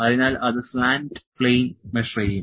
അതിനാൽ അത് slant plane measure ചെയ്യും